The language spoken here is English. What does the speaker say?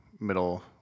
middle